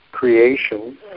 Creation